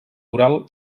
oral